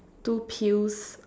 two pills